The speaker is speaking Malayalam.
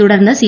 തുടർന്ന് സി